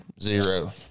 Zero